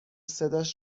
صدایش